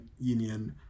union